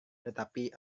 tetapi